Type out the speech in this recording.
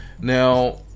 now